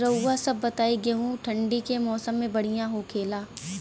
रउआ सभ बताई गेहूँ ठंडी के मौसम में बढ़ियां होखेला?